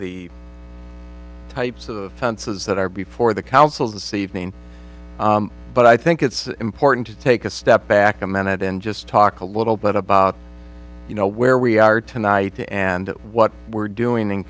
the types of fences that are before the council this evening but i think it's important to take a step back a minute and just talk a little bit about you know where we are tonight and what we're doing in